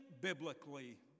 biblically